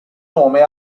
nome